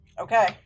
Okay